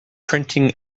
printing